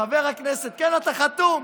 חבר הכנסת, כן, אתה חתום.